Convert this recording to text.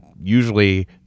usually